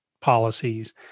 policies